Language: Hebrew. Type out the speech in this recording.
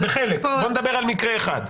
בואו נדבר על מקרה אחד.